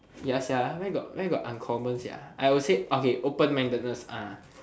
ya sia where got where got uncommon sia I will say okay open mindedness ah